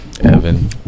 Evan